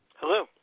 Hello